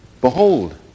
Behold